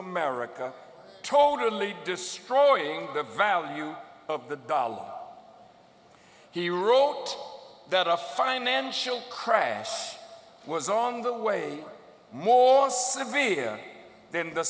america totally destroying the value of the dollar he ruled that a financial crash was on the way more severe then the